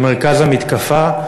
במרכז המתקפה,